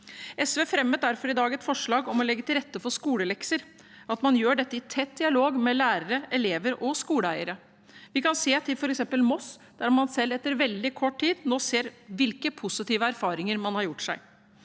SV fremmet derfor i dag et forslag om å legge til rette for skolelekser, og at man gjør dette i tett dialog med lærere, elever og skoleeiere. Vi kan se til f.eks. Moss, der man selv etter veldig kort tid nå ser hvilke positive erfaringer man har gjort seg.